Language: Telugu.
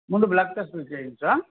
ముందు బ్లడ్ టెస్ట్లు చెయ్యించు